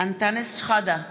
אנטאנס שחאדה,